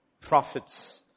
prophets